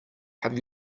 have